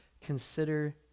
consider